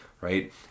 right